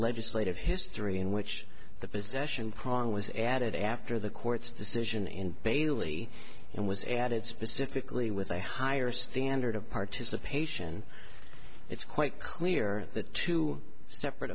legislative history in which the possession prong was added after the court's decision in bailey and was added specifically with a higher standard of participation it's quite clear that two separate